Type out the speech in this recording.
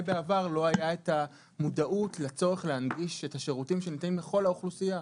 בעבר לא הייתה מודעות לצורך להנגיש את השירותים שניתנים לכל האוכלוסייה.